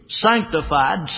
sanctified